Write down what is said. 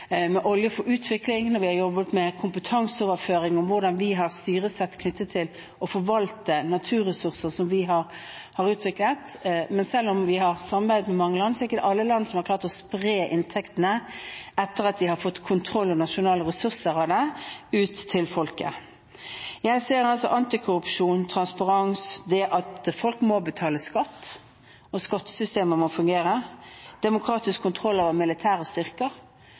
kompetanseoverføring om hvordan vi har styresett knyttet til å forvalte naturressurser, som vi har utviklet. Men selv om vi har samarbeidet med mange land, er det ikke alle land som har klart å spre inntektene – etter at de har fått kontroll og nasjonale ressurser av det – ut til folket. Jeg ser altså behovet for antikorrupsjon, transparens, at folk må betale skatt, at skattesystemer må fungere og demokratisk kontroll over militære styrker.